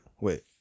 wait